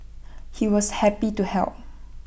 he was happy to help